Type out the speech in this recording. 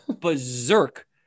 berserk